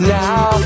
now